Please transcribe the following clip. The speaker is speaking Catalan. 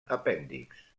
apèndixs